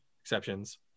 exceptions